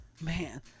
Man